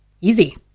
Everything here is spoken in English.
easy